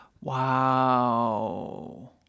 Wow